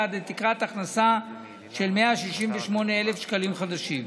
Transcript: עד לתקרת הכנסה של 168,000 שקלים חדשים.